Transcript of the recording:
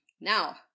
Now